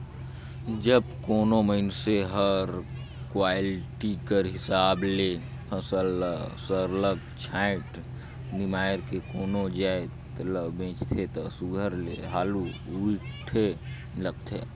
जब कोनो मइनसे हर क्वालिटी कर हिसाब ले फसल ल सरलग छांएट निमाएर के कोनो जाएत ल बेंचथे ता सुग्घर ले हालु उठे लगथे